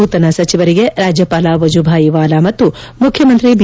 ನೂತನ ಸಚಿವರಿಗೆ ರಾಜ್ಯಪಾಲ ವಜುಬಾಯಿ ವಾಲಾ ಮತ್ತು ಮುಖ್ಯಮಂತ್ರಿ ಬಿ